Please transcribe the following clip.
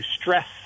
stress